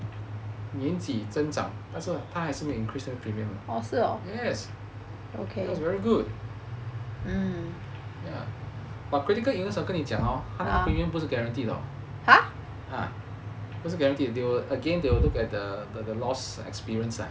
年纪增长但是他还是没有 increase 那个 premium yes that is very good ya but critical illness 跟你讲 hor 他那个 premium 不是 guaranteed 的 ah 不是 guaranteed again they will again they will look at the loss experience lah